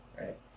right